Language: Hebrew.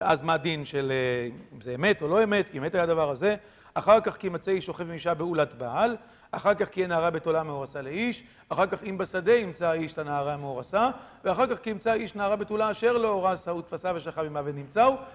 ואז מה הדין של אם זה אמת או לא אמת, כי אמת היה דבר הזה. אחר כך כי ימצא איש שוכב עם אישה בעולת בעל, אחר כך כי היא נערה בתולה מאורסה לאיש, אחר כך אם בשדה ימצא איש לנערה מאורסה, ואחר כך כי ימצא איש נערה בתולה אשר לא ארשה, הוא תפסה ושכב עמה ונמצאו.